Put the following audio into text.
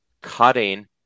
cutting